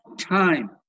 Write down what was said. time